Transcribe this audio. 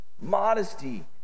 Modesty